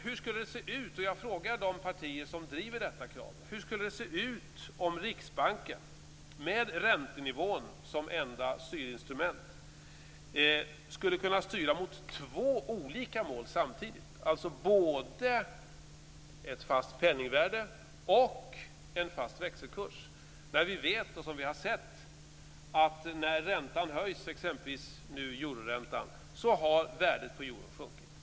Hur skulle det se ut - och jag frågar de partier som driver detta krav - om Riksbanken med räntenivån som enda styrinstrument skulle kunna styra mot två olika mål samtidigt, dvs. både ett fast penningvärde och en fast växelkurs? Vi vet ju att när t.ex. euroräntan höjs sjunker värdet på euron.